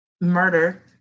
murder